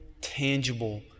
tangible